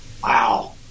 Wow